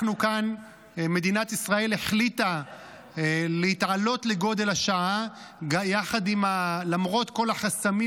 מדינת ישראל החליטה להתעלות לגודל השעה למרות כל החסמים